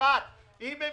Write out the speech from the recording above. אם הם